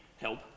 help